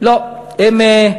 לא, הם,